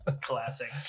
Classic